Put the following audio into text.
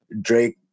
Drake